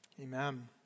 Amen